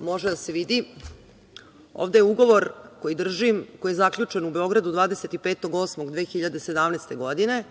može da se vidi, ovde je ugovor koji držim koji je zaključen u Beogradu 25.8.2017. godine